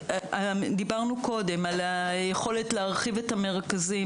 דיברנו קודם על היכולת להרחיב את המרכזים